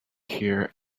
here